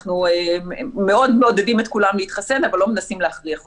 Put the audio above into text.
אנחנו מאוד מעודדים את כולם להתחסן אבל לא מנסים להכריח אותם.